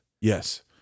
Yes